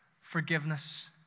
forgiveness